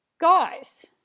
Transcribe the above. guys